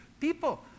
people